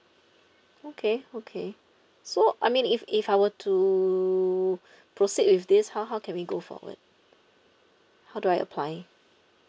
okay okay so I mean if if I were to proceed with this how how can we go forward how do I apply